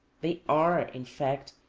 they are, in fact,